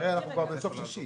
הרי אנחנו כבר בסוף יוני.